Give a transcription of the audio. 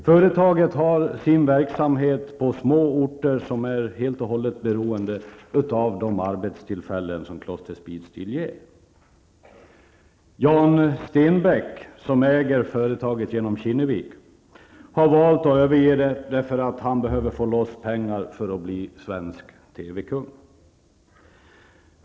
Företaget har sin verksamhet förlagd till små orter, som är helt beroende av de arbetstillfällen som Kloster Speedsteel ger. Jan Stenbäck, som äger företaget genom Kinnevik, har valt att överge det för att få loss pengar så att han kan bli svensk TV-kung.